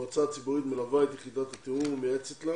המועצה הציבורית מלווה את יחידת התיאום ומייעצת לה